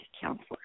counselor